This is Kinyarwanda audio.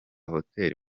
hoteli